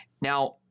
Now